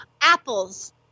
Apples